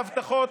נא לא להפריע.